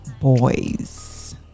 boys